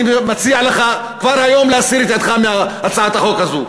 אני מציע לך כבר היום להסיר את ידך מהצעת החוק הזאת.